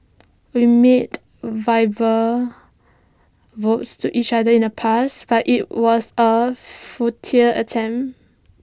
we made vows to each other in the past but IT was A futile attempt